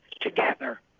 together